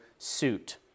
suit